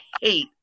hate